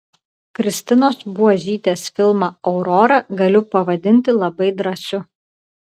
kristinos buožytės filmą aurora galiu pavadinti labai drąsiu